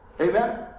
Amen